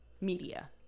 media